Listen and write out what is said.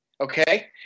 okay